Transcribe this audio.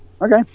Okay